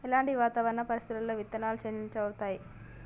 ఎలాంటి వాతావరణ పరిస్థితుల్లో విత్తనాలు చెల్లాచెదరవుతయీ?